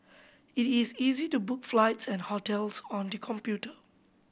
it is easy to book flights and hotels on the computer